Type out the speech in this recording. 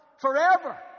forever